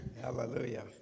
Hallelujah